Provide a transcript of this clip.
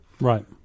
Right